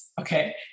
okay